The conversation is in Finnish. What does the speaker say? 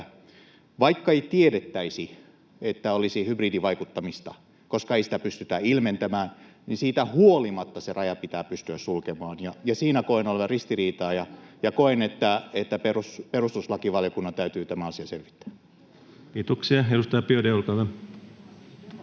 vaikka ei tiedettäisi, että olisi hybridivaikuttamista, koska sitä ei pystytä ilmentämään, niin siitä huolimatta se raja pitää pystyä sulkemaan. Siinä koen olevan ristiriitaa ja koen, että perustuslakivaliokunnan täytyy tämä asia selvittää. [Speech 15] Speaker: Ensimmäinen